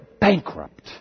bankrupt